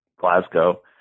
Glasgow